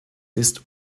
ist